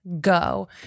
go